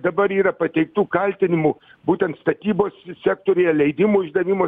dabar yra pateiktų kaltinimų būtent statybos sektoriuje leidimų išdavimo